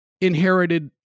inherited